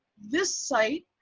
this site,